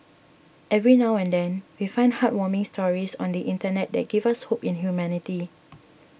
every now and then we find heartwarming stories on the internet that give us hope in humanity